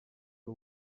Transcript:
ari